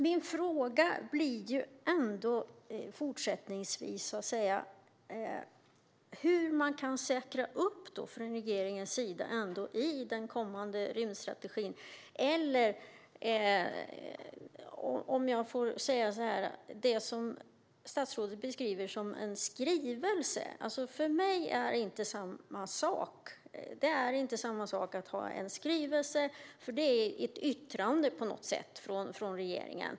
Min fråga gäller fortsättningsvis hur man från regeringens sida kan säkra i den kommande rymdstrategin det som statsrådet beskriver som en skrivelse. För mig är det inte samma sak att ha en skrivelse. Det är på något sätt ett yttrande från regeringen.